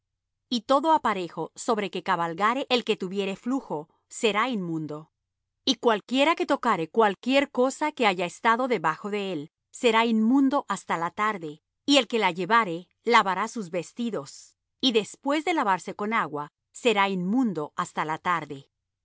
y toda aparejo sobre que cabalgare el que tuviere flujo será inmundo y cualquiera que tocare cualquiera cosa que haya estado debajo de él será inmundo hasta la tarde y el que la llevare lavará sus vestidos y después de lavarse con agua será inmundo hasta la tarde